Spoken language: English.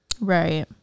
Right